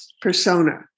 persona